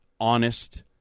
honest